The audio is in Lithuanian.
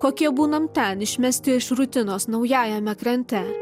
kokie būnam ten išmesti iš rutinos naujajame krante